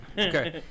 Okay